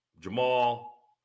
Jamal